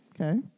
Okay